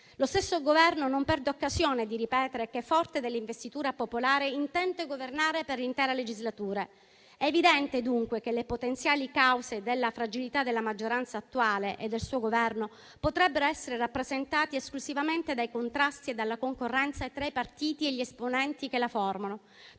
Lo stesso Governo non perde occasione di ripetere che, forte dell'investitura popolare, intende governare per l'intera legislatura. È evidente dunque che le potenziali cause della fragilità della maggioranza attuale e del suo Governo potrebbero essere rappresentate esclusivamente dai contrasti e dalla concorrenza tra i partiti e gli esponenti che la formano.